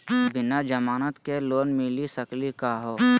बिना जमानत के लोन मिली सकली का हो?